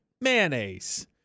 mayonnaise